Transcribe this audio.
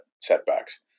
setbacks